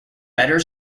better